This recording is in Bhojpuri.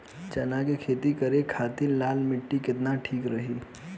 चना के खेती करे के खातिर लाल मिट्टी केतना ठीक रही?